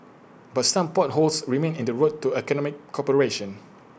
but some potholes remain in the road to economic cooperation